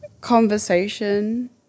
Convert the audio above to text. conversation